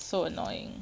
so annoying